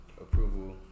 approval